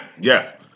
Yes